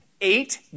Eight